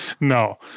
no